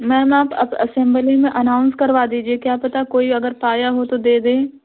ma'am आप assembly में announce करवा दीजिये क्या पता कोई अगर पाया हो तो दे दे